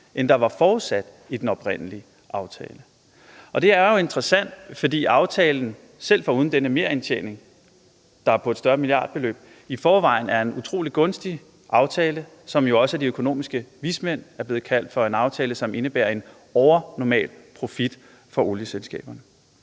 end der var forudsat i den oprindelige aftale. Det er jo interessant, fordi aftalen – selv uden denne merindtjening, der er på et større milliardbeløb – i forvejen er en utrolig gunstig aftale, som også af de økonomiske vismænd er blevet kaldt for en aftale, som indebærer en overnormal profit for olieselskaberne.